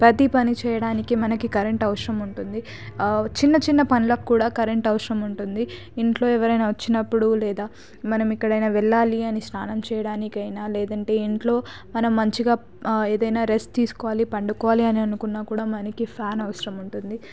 ప్రతి పని చేయడానికి మనకి కరెంటు అవసరం ఉంటుంది చిన్న చిన్న పనులకు కూడా కరెంటు అవసరం ఉంటుంది ఇంట్లో ఎవరైనా వచ్చినపుడు లేదా మనం ఎక్కడైనా వెళ్ళాలి అని స్నానము చేయడానికైనా లేదంటే ఇంట్లో మనం మంచిగా ఏదైనా రెస్ట్ తీసుకోవాలి పండుకోవాలి అని అనుకున్నా కూడా మనకి ఫ్యాన్ అవసరం ఉంటుంది